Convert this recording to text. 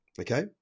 okay